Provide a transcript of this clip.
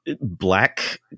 black